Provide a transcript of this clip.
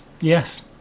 yes